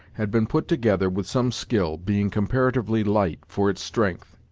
had been put together with some skill, being comparatively light, for its strength,